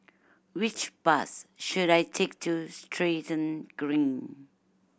which bus should I take to Stratton Green